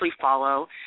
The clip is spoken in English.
follow